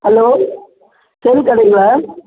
hello cell கடைங்களா